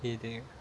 headache